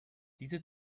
diese